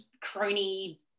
crony